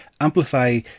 amplify